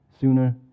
sooner